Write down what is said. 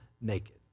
naked